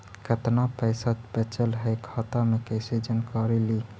कतना पैसा बचल है खाता मे कैसे जानकारी ली?